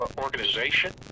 organization